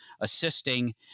assisting